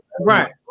right